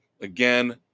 again